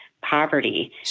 poverty